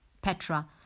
Petra